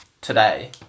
today